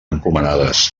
encomanades